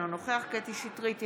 אינו נוכח קטי קטרין שטרית,